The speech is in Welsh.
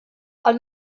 ond